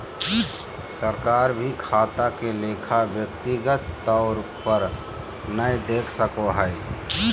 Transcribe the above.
सरकार भी खाता के लेखा व्यक्तिगत तौर पर नय देख सको हय